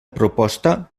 proposta